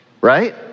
Right